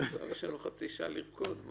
עכשיו יש לנו חצי שעה לרקוד.